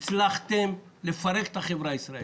הצלחתם לפרק את החברה הישראלית.